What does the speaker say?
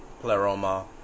pleroma